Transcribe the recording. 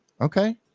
Okay